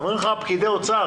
אומרים לך פקידי האוצר,